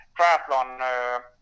triathlon